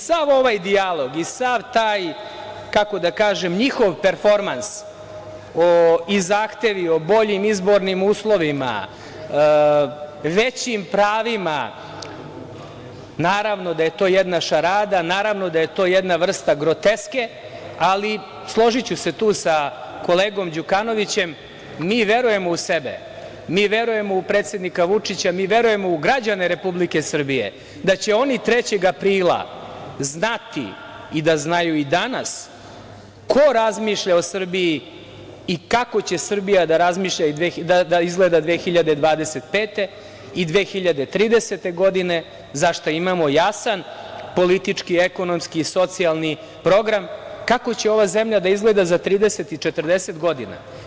Sav ovaj dijalog i sav taj njihov performans i zahtevi o boljim izbornim uslovima, većim pravima, naravno da je to jedna šarada, naravno da je to jedna vrsta groteske, ali složiću se tu sa kolegom Đukanovićem, mi verujemo u sebe, mi verujemo u predsednika Vučića, mi verujemo u građane Republike Srbije da će oni 3. aprila znati i da znaju i danas ko razmišlja o Srbiji i kako će Srbija da izgleda i 2025. i 2030. godine, zašta imamo jasan politički, ekonomski i socijalni program, kako će Srbija da izgleda za 30 i 40 godina.